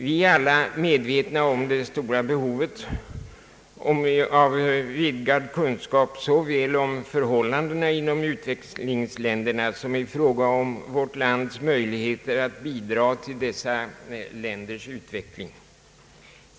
Vi är alla medvetna om det stora behovet av en vidgad kunskap såväl om förhållandena inom u-länderna som i fråga om vårt lands möjligheter att bidra till deras utveckling.